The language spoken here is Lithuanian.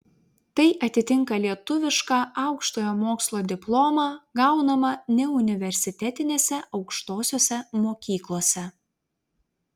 tai atitinka lietuvišką aukštojo mokslo diplomą gaunamą neuniversitetinėse aukštosiose mokyklose